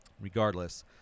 regardless